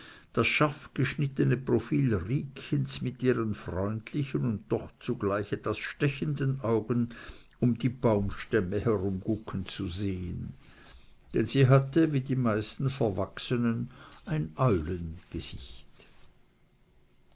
das scharfgeschnittene profil riekchens mit ihren freundlichen und doch zugleich etwas stechenden augen um die baumstämme herumgucken zu sehen denn sie hatte wie die meisten verwachsenen ein